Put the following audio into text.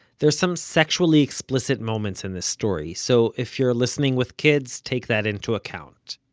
there are some sexually explicit moments in this story, so if you're listening with kids, take that into account.